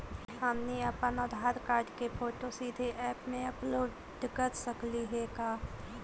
हमनी अप्पन आधार कार्ड के फोटो सीधे ऐप में अपलोड कर सकली हे का?